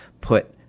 put